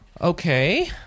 okay